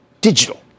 Digital